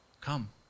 come